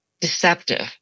deceptive